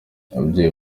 ababyeyi